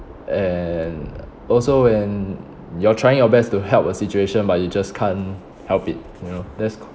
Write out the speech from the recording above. and also when you're trying your best to help a situation but you just can't help it you know there's